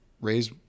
raise